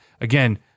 Again